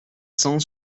cent